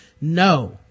No